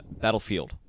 Battlefield